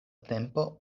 tempo